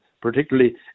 particularly